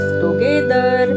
together